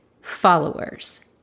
followers